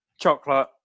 chocolate